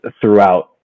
throughout